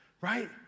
right